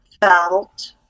felt